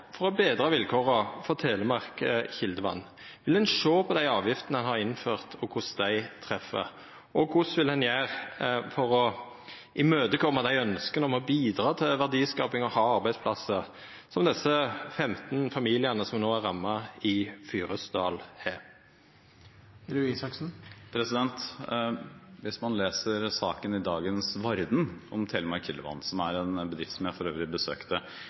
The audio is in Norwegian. for å betra vilkåra for Telemark Kildevann? Vil ein sjå på dei avgiftene ein har innført, og korleis dei treff? Og kva vil ein gjera for å imøtekoma dei ønska om å bidra til verdiskaping og å ha arbeidsplassar som desse 15 familiane som no er ramma i Fyresdal, har? Hvis man leser saken i dagens Varden om Telemark Kildevann, som er en bedrift jeg for øvrig besøkte